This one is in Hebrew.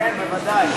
כן, בוודאי.